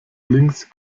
links